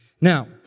Now